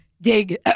Dig